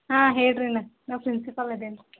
ಹಾಂ ಹೇಳ್ರಿ ಅಣ್ಣ ನಾ ಪ್ರಿನ್ಸಿಪಲ್ ಅದೇನೆ